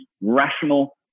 rational